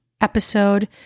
episode